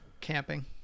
camping